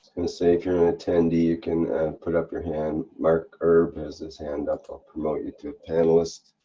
gonna say, if you're an attendee you can put up your hand. marc erb has this hand up. i'll promote you to a panelist